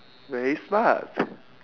very smart